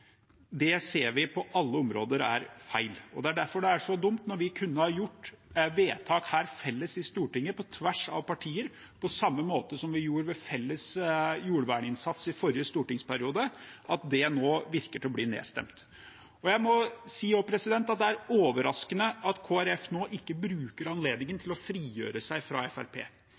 Det ser vi på alle områder er feil, og det er derfor det er så dumt – når vi kunne ha gjort vedtak her felles i Stortinget på tvers av partier på samme måte som vi gjorde ved felles jordverninnsats i forrige stortingsperiode – at det nå virker som om dette blir nedstemt. Jeg må også si at det er overraskende at Kristelig Folkeparti nå ikke bruker anledningen til å frigjøre seg fra